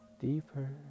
deeper